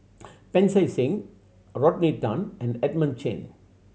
Pancy Seng Rodney Tan and Edmund Chen